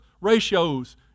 ratios